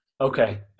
Okay